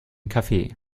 kaffee